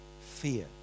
fear